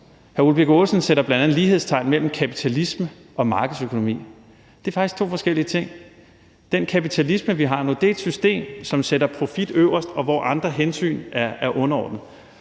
Hr. Ole Birk Olesen sætter bl.a. lighedstegn mellem kapitalisme og markedsøkonomi. Det er faktisk to forskellige ting. Den kapitalisme, vi har nu, er et system, som sætter profit øverst, og hvor andre hensyn er underordnede.